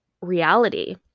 reality